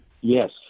Yes